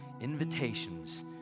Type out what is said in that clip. invitations